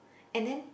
and then